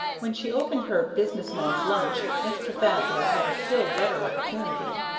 when she opened her business men's lunch mr. thaddler had a still better opportunity.